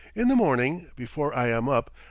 in the morning, before i am up,